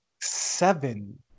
seven